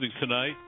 tonight